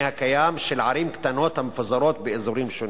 הקיים של ערים קטנות המפוזרות באזורים שונים.